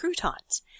croutons